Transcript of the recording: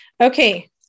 okay